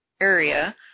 area